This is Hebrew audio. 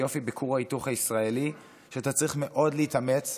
היופי בכור ההיתוך הישראלי הוא שאתה צריך להתאמץ מאוד,